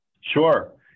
Sure